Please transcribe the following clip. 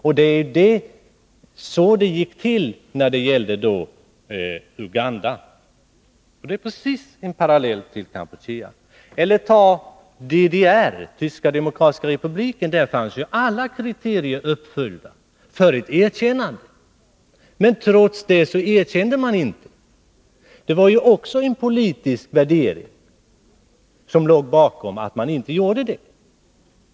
Likadant var det i fråga om Uganda — det är precis en parallell till Kampuchea. Eller ta DDR, Tyska demokratiska republiken. Där fanns alla kriterier uppfyllda för ett erkännande, men trots det erkände man inte. Även i det fallet låg en politisk värdering bakom.